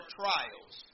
trials